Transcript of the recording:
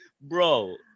Bro